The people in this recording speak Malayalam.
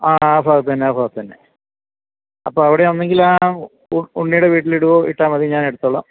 ആ ഭാഗത്തുതന്നെ ആ ഭാഗത്തുതന്നെ അപ്പോള് അവിടെ ഒന്നെങ്കിലാ ഉണ്ണിയുടെ വീട്ടിലിടുവോ ഇട്ടാല് മതി ഞാനെടുത്തോളാം